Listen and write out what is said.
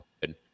good